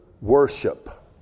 worship